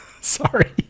Sorry